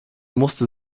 musste